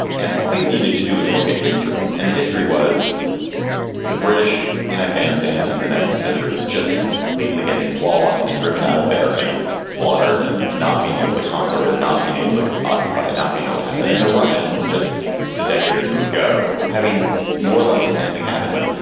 and all you needed to do is look at history. and the history was the british in afghanistan in the nineteenth century just completely getting walloped and driven out of there and slaughtered and not being able to conquer it and not being able to occupy it, not being able to have it. and the russians just the decade or two ago, having more or less the same thing happen to them.